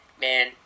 man